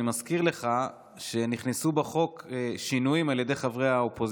אני מזכיר לך שנכנסו בחוק שינויים על ידי חברי האופוזיציה,